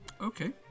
Okay